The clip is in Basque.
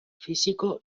fisiko